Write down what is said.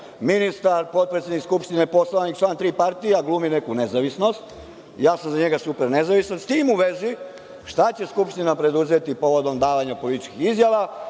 ministar, potpredsednik Skupštine, poslanik, član tri partije, a glumi neku nezavisnost? Ja sam za njega super nezavistan. S tim u vezi, šta će Skupština preduzeti povodom davanja političkih izjava